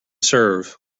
serve